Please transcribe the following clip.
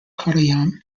kottayam